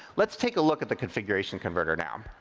let's take a look at the configuration converter now.